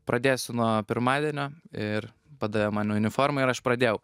pradėsiu nuo pirmadienio ir padavė man uniformą ir aš pradėjau